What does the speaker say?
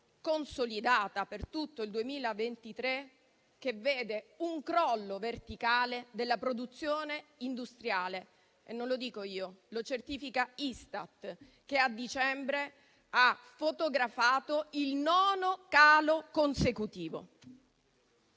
consolidata per tutto il 2023, che vede un crollo verticale della produzione industriale. E non lo dico io. Lo certifica Istat, che a dicembre ha fotografato il nono calo consecutivo.